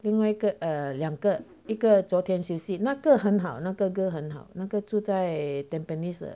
另外一个 err 两个一个昨天休息那个很好那个 girl 很好那个住在 tampines 的